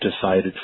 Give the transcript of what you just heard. decided